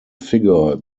figure